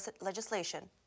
legislation